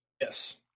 Yes